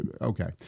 okay